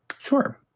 sure.